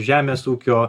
žemės ūkio